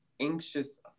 anxious